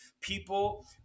People